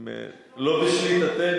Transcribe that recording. ימיהם היו מלאים.